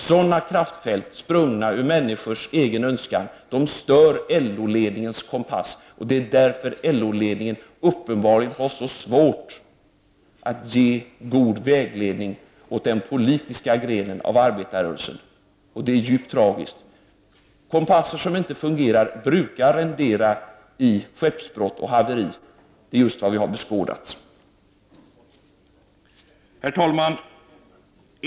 Sådana kraftfält, sprungna ur människors egen önskan, stör LO-ledningens kompass, och det är därför den uppenbarligen har så svårt att ge god vägledning åt den politiska grenen av arbetarrörelsen. Detta är djupt tragiskt. Kompasser som inte fungerar brukar rendera i skeppsbrott och haveri. Det är just vad vi har beskådat. Herr talman!